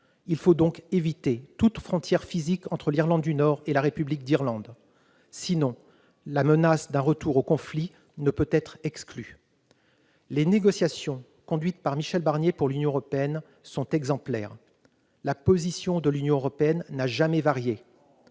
Il faut donc éviter toute frontière physique entre l'Irlande du Nord et la République d'Irlande ; sinon, la menace d'un retour au conflit ne peut être exclue. Les négociations conduites par Michel Barnier pour l'Union européenne sont exemplaires. La position de l'Union européenne n'a jamais varié.